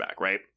right